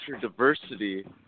diversity